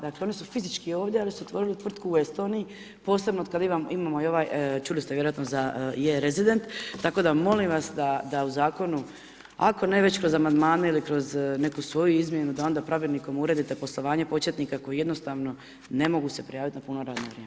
Dakle oni su fizički ovdje ali su otvorili tvrtku u Estoniji posebno otkad imamo i ovaj, čuli ste vjerojatno za ... Tako da molim vas da u zakonu ako ne već kroz amandmane ili kroz neku svoju izmjenu da onda pravilnikom uredite poslovanje početnika koji jednostavno ne mogu se prijaviti na puno radno vrijeme.